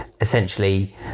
essentially